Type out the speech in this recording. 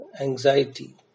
anxiety